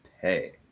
pay